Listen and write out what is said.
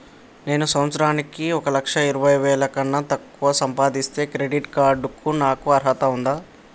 నేను సంవత్సరానికి ఒక లక్ష ఇరవై వేల కన్నా తక్కువ సంపాదిస్తే క్రెడిట్ కార్డ్ కు నాకు అర్హత ఉందా?